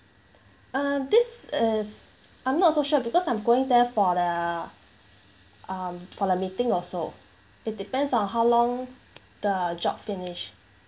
uh this is I'm not so sure because I'm going there for the um for the meeting also it depends on how long the job finish